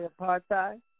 apartheid